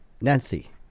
nancy